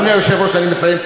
אדוני היושב-ראש, אני מסיים.